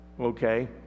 okay